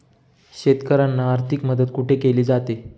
शेतकऱ्यांना आर्थिक मदत कुठे केली जाते?